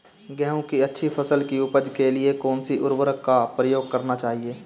गेहूँ की अच्छी फसल की उपज के लिए कौनसी उर्वरक का प्रयोग करना चाहिए?